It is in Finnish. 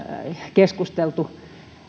keskusteltu